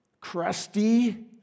crusty